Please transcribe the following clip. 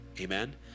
Amen